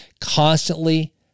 Constantly